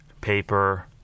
paper